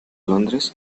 londres